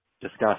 Discuss